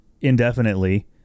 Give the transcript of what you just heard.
indefinitely